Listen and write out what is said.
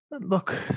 Look